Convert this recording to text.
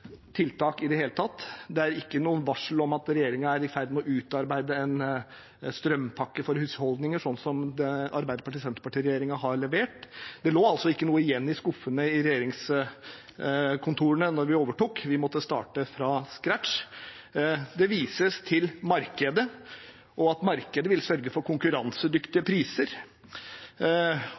varsel om at regjeringen var i ferd med å utarbeide en strømpakke for husholdninger, slik som Arbeiderparti–Senterparti-regjeringen har levert. Det lå ikke noe igjen i skuffene i regjeringskontorene da vi overtok. Vi måtte starte fra scratch. Det ble vist til markedet, og at markedet ville sørge for konkurransedyktige priser,